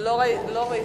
לא ראיתיך.